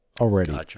already